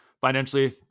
Financially